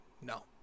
No